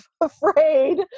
afraid